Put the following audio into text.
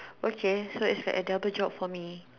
okay so it's like a double job for me